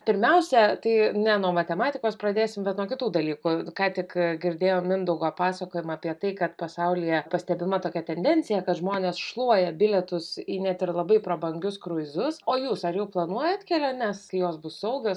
pirmiausia tai ne nuo matematikos pradėsim bet nuo kitų dalykų ką tik girdėjom mindaugo pasakojimą apie tai kad pasaulyje pastebima tokia tendencija kad žmonės šluoja bilietus į net ir labai prabangius kruizus o jūs ar jau planuojat keliones jos bus saugios